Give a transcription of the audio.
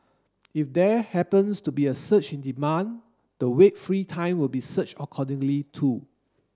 if there happens to be a surge in demand the Wait free Time will be surge accordingly too